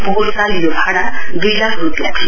पोहोर साल यो भाड़ा दुइ लाख रूपियाँ थियो